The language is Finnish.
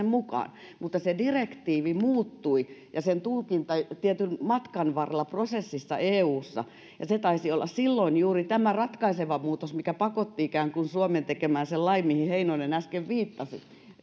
mukaan mutta se direktiivi ja sen tulkinta muuttuivat matkan varrella prosessissa eussa ja se taisi silloin olla juuri tämä ratkaiseva muutos mikä ikään kuin pakotti suomen tekemään viime kauden alussa sen lain mihin heinonen äsken viittasi